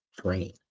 train